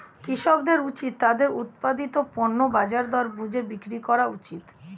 কৃষকদের উচিত তাদের উৎপাদিত পণ্য বাজার দর বুঝে বিক্রি করা উচিত